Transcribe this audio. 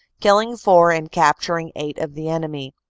killing four and capturing eight of the enemy.